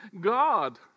God